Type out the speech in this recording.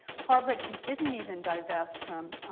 harvard didn't even divest from